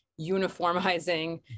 uniformizing